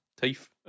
Teeth